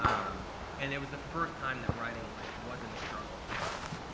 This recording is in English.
um and it was the first time that writing like wasn't a struggle for us.